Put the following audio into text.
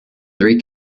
three